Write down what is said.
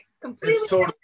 Completely